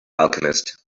alchemist